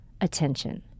attention